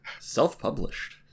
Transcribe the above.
self-published